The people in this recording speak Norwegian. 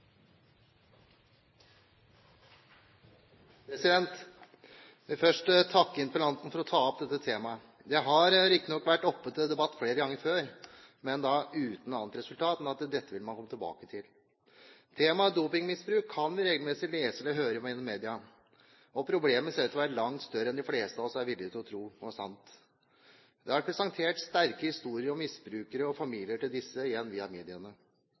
vil først takke interpellanten for å ta opp dette temaet. Det har riktignok vært oppe til debatt flere ganger før, men da uten annet resultat enn at dette vil man komme tilbake til. Temaet dopingmisbruk kan vi regelmessig lese eller høre om i media, og problemet ser ut til å være langt større enn det de fleste av oss er villige til å tro var sant. Det har vært presentert sterke historier om misbrukere og familier til disse igjen via mediene.